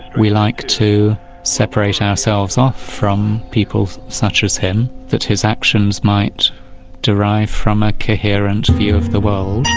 we like to separate ourselves off from people such as him, that his actions might derive from a coherent view of the world,